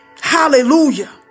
Hallelujah